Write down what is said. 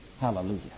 Hallelujah